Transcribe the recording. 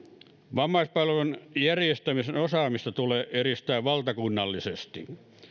vammaispalveluiden järjestämisen osaamista tulee edistää valtakunnallisesti